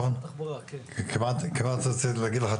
כמעט רציתי להגיד לך,